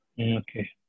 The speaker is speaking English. Okay